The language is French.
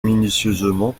minutieusement